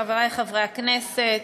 חברי חברי הכנסת,